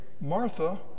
Martha